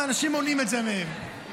אנשים מונעים את זה מהם.